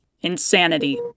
Insanity